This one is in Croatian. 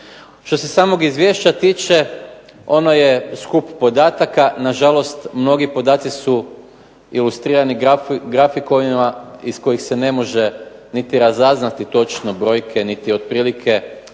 Što se samog izvješća tiče ono je skup podataka, na žalost mnogi podatci su ilustrirani grafikonima iz kojih se ne može niti razaznati točno brojke niti otprilike, nisu